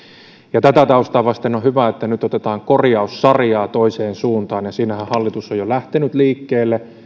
ja tätä taustaa vasten on hyvä että nyt otetaan korjaussarjaa toiseen suuntaan ja siinähän hallitus on jo lähtenyt liikkeelle